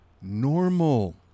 normal